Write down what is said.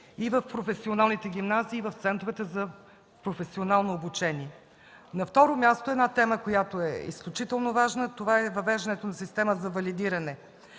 и в професионалните гимназии, и в центровете за професионално обучение. На второ място – една тема, която е изключително важна, това е въвеждането на система за валидиране,